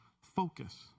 focus